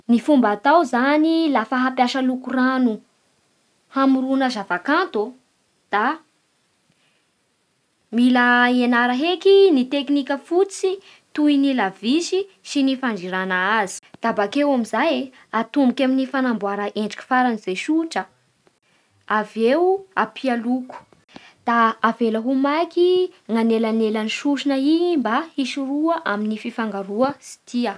Ny fomba hatao zany lafa hampiasa loko rano hamorona zava-kanto, da mila henara heky ny teknika fotsy toy ny lavisy sy ny fandrirana azy, da bakeo amin'izay atomboky amin'ny fanambora endriky farany ze sotra avy eo ampia loko, da avela ho maiky ny anelanelan'ny sosona igny mba hisoroa amin'ny fifangaroa ny tsy tia.